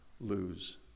lose